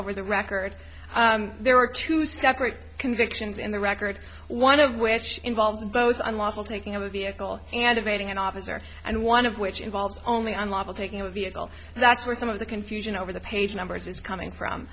over the record there are two separate convictions in the record one of which involves both unlawful taking of a vehicle and evading an officer and one of which involves only unlawful taking a vehicle that's where some of the confusion over the page numbers is coming from